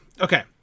okay